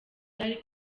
yari